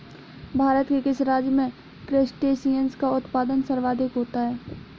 भारत के किस राज्य में क्रस्टेशियंस का उत्पादन सर्वाधिक होता है?